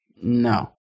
No